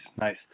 nice